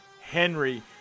Henry